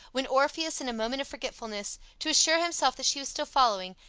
when orpheus in a moment of forgetfulness, to assure himself that she was still following,